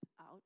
out